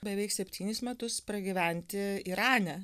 beveik septynis metus pragyventi irane